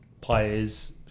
players